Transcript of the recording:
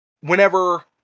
Whenever